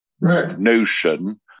notion